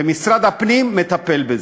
ומשרד הפנים מטפל בזה.